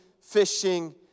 fishing